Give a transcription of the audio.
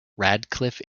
radcliffe